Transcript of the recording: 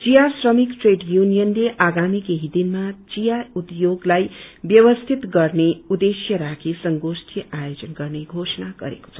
चिया श्रमिक ट्रेड यूनियनले आगार्मी केही दिनमा विया उध्योगलाई व्यवस्थित गर्ने उद्देश्य राखी संगोष्टी आयोजन गर्ने धोषणा गरेको छ